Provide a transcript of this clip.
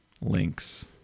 links